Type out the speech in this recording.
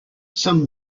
some